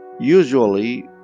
Usually